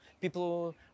people